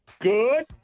Good